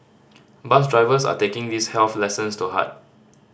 bus drivers are taking these health lessons to heart